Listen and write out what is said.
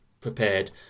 prepared